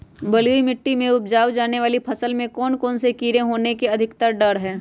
बलुई मिट्टी में उपजाय जाने वाली फसल में कौन कौन से कीड़े होने के अधिक डर हैं?